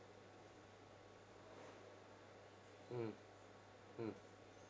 mm mm